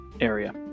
area